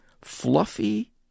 fluffy